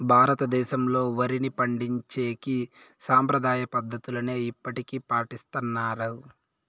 భారతదేశంలో, వరిని పండించేకి సాంప్రదాయ పద్ధతులనే ఇప్పటికీ పాటిస్తన్నారు